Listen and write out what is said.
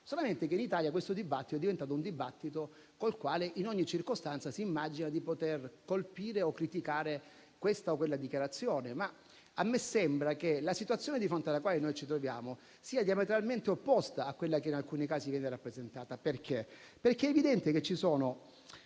Solo che in Italia questo è diventato un dibattito con il quale in ogni circostanza si immagina di poter colpire o criticare questa o quella dichiarazione. Ma a me sembra che la situazione di fronte alla quale ci troviamo sia diametralmente opposta a quella che in alcuni casi viene rappresentata. Ciò perché è evidente che ci sono